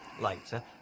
later